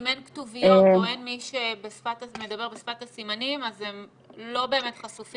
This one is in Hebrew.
אם אין כתוביות או אם אין מי שידבר בשפת הסימנים אז הם לא באמת חשופים,